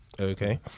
okay